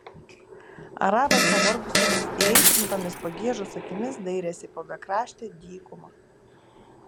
arabas pavargusiomis įaitrintomis pagiežos akimis dairėsi po bekraštę dykumą